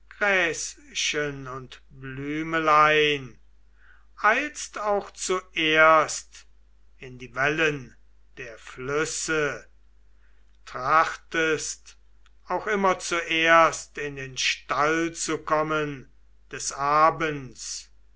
und blümelein eilst auch zuerst in die wellen der flüsse trachtest auch immer zuerst in den stall zu kommen des abends